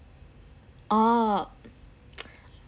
oh